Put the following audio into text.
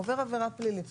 הוא עובר עבירה פלילית.